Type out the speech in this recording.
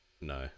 No